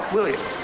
William